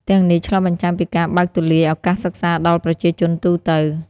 ទាំងនេះឆ្លុះបញ្ចាំងពីការបើកទូលាយឱកាសសិក្សាដល់ប្រជាជនទូទៅ។